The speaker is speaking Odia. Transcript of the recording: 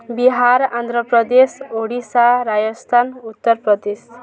ବିହାର ଆନ୍ଧ୍ରପ୍ରଦେଶ ଓଡ଼ିଶା ରାଜସ୍ଥାନ ଉତ୍ତରପ୍ରଦେଶ